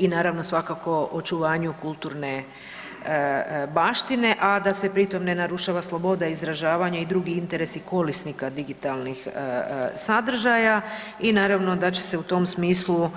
I naravno svakako očuvanju kulturne baštine, a da se pri tom ne narušava sloboda izražavanja i drugi interesi korisnika digitalnih sadržaja i naravno da će se u tom smislu